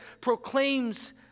proclaims